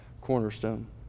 cornerstone